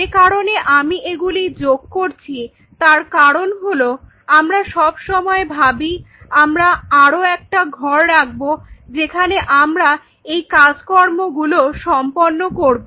যে কারণে আমি এগুলি যোগ করছি তার কারণ হলো আমরা সব সময় ভাবি আমরা আরও একটা ঘর রাখবো যেখানে আমরা এই কাজকর্মগুলো সম্পন্ন করব